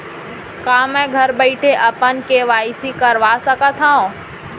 का मैं घर बइठे अपन के.वाई.सी करवा सकत हव?